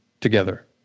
together